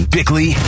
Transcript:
Bickley